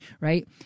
Right